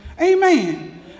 Amen